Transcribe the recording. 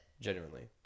Genuinely